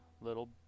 little